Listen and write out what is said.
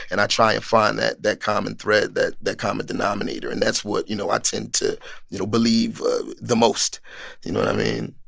and i try and find that that common thread, that that common denominator. and that's what, you know, i tend to you know believe the most you know what i mean?